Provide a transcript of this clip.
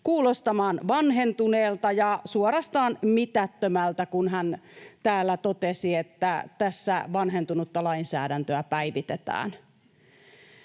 kuulostamaan vanhentuneelta ja suorastaan mitättömältä, kun hän täällä totesi, että tässä vanhentunutta lainsäädäntöä päivitetään.